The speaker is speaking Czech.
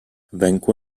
venku